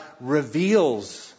reveals